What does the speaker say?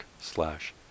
slash